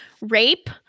Rape